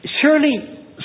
surely